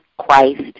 Christ